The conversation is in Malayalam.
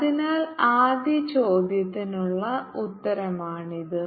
അതിനാൽ ആദ്യ ചോദ്യത്തിനുള്ള ഉത്തരമാണിത്